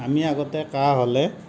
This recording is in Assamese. আমি আগতে কাহ হ'লে